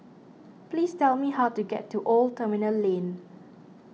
please tell me how to get to Old Terminal Lane